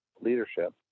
leadership